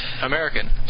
American